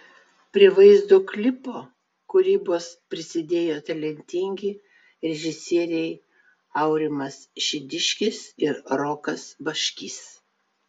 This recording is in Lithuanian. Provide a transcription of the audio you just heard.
prie vaizdo klipo kūrybos prisidėjo talentingi režisieriai aurimas šidiškis ir rokas baškys